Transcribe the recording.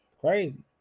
Crazy